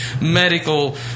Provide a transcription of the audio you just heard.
medical